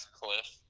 cliff